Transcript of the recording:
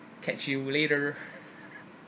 catch you later